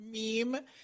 meme